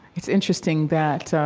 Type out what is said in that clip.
it's interesting that, ah,